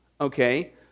okay